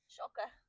Shocker